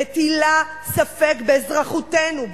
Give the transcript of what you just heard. מטילה ספק באזרחותנו,